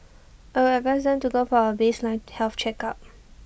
I would advise them to go for A baseline health check